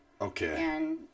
Okay